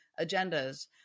agendas